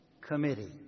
committee